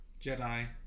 Jedi